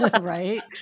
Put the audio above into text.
Right